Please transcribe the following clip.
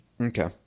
Okay